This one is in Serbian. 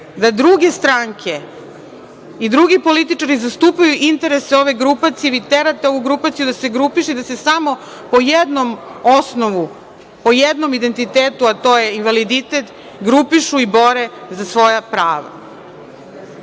da druge stranke i drugi političari zastupaju interese ove grupacije, vi terate ovu grupaciju da se grupiše i da se samo po jednom osnovu, po jednom identitetu, a to je invaliditet, grupišu i bore za svoja prava. Ostaje